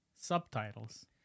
subtitles